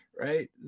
Right